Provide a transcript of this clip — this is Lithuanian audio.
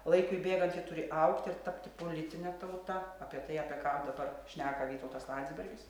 laikui bėgant ji turi augti ir tapti politine tauta apie tai apie ką dabar šneka vytautas landsbergis